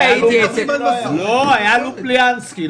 היה לופוליאנסקי.